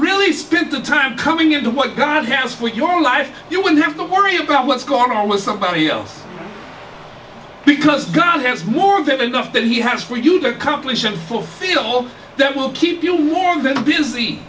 really spent the time coming into what god has for your life you would have to worry about what's going on with somebody else because god has warmth have enough that he has for you the compilation fulfill that will keep you warm this busy